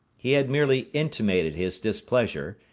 he had merely intimated his displeasure,